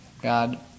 God